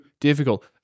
difficult